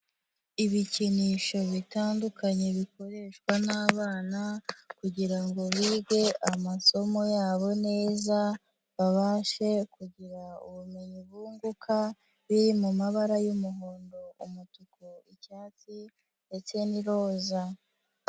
Ibikinisho bitandukanye bikoreshwa n'abana kugirango bige amasomo yabo neza, babashe kugira ubumenyi bunguka, biri mu mabara y'umuhondo, umutuku ,icyatsi ndetse n'iroza.